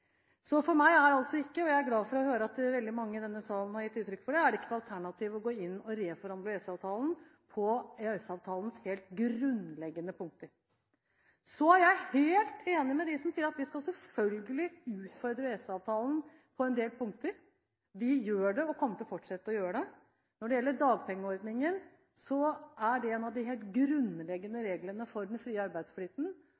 For meg er det altså ikke – og jeg er glad for å høre at veldig mange i denne salen har gitt uttrykk for det – et alternativ å gå inn og reforhandle EØS-avtalen på EØS-avtalens helt grunnleggende punkter. Så er jeg helt enig med dem som sier at vi selvfølgelig skal utfordre EØS-avtalen på en del punkter. Vi gjør det, og vi kommer til å fortsette å gjøre det. Når det gjelder dagpengeordningen, er det en av de helt grunnleggende